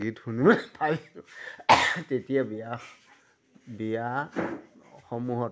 গীত শুনোৱে তেতিয়া বিয়া বিয়াসমূহত